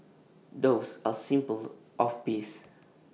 doves are A symbol of peace